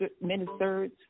ministers